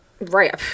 Right